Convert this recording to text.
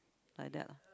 like that lah